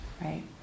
right